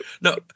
No